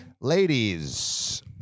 Ladies